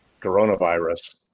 coronavirus